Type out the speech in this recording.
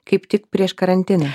kaip tik prieš karantiną